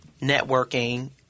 networking